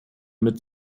mit